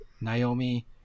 Naomi